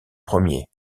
premiers